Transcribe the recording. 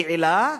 יעילה,